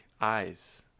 eyes